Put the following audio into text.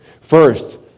First